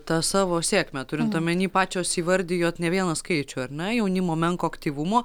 tą savo sėkmę turint omeny pačios įvardijot ne vieną skaičių ar ne jaunimo menko aktyvumo